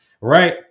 right